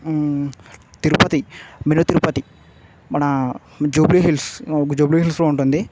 తిరుపతి మెలో తిరుపతి మన జూబ్లీ హిల్స్ జూబ్లీ హిల్స్లో ఉంటుంది